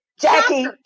Jackie